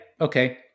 okay